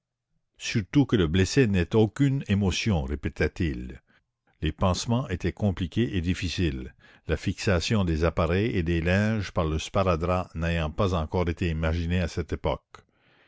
surtout que le blessé n'ait aucune émotion répétait-il les pansements étaient compliqués et difficiles la fixation des appareils et des linges par le sparadrap n'ayant pas encore été imaginée à cette époque